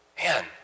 man